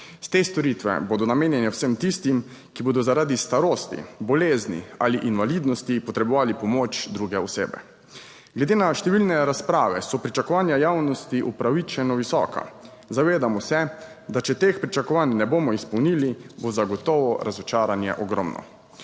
Te storitve bodo namenjene vsem tistim, ki bodo zaradi starosti, bolezni ali invalidnosti potrebovali pomoč druge osebe. Glede na številne razprave so pričakovanja javnosti upravičeno visoka. Zavedamo se, da če teh pričakovanj ne bomo izpolnili, bo zagotovo razočaranje ogromno.